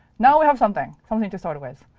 now we have something something to start with.